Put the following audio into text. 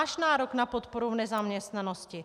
Máš nárok na podporu v nezaměstnanosti.